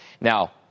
Now